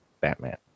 Batman